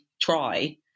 try